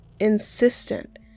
insistent